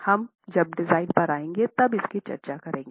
हम जब डिजाइन पर आएंगे तब इसकी जांच करेंगे